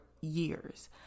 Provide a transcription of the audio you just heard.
years